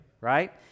right